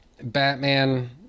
Batman